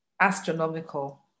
astronomical